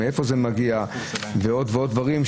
מאיפה הוא מגיע ועוד ועוד דברים,